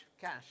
cash